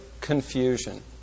confusion